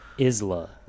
Isla